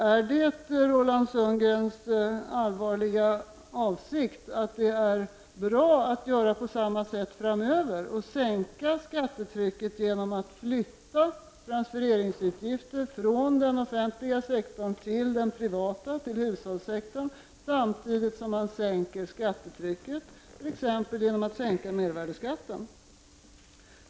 Är det Roland Sundgrens allvarliga åsikt att det är bra att göra på samma sätt framöver och sänka skattetrycket genom att flytta transfereringsutgifter från den offentliga sektorn till den privata, till hushållssektorn, samtidigt som man sänker skattetrycket genom att t.ex. sänka mervärdeskatten?